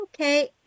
Okay